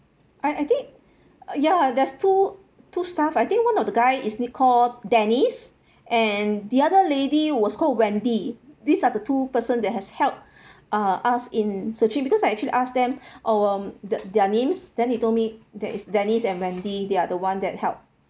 I I think ya there's two two staff I think one of the guy is called dennis and the other lady was called wendy these are the two person that has helped uh us in searching because I actually ask them um that their names then he told me that it's dennis and wendy they are the one that helped